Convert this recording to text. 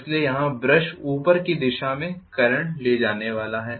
इसलिए यहाँ ब्रश ऊपर की दिशा में करंट ले जाने वाला है